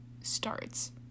starts